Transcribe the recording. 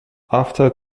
after